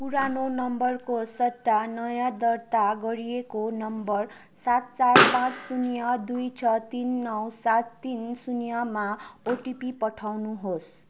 पुरानो नम्बरको सट्टा नयाँ दर्ता गरिएको नम्बर सात चार पाँच शून्य दुई छ तिन नौ सात तिन शून्यमा ओटिपी पठाउनुहोस्